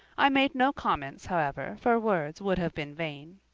i made no comments, however, for words would have been vain.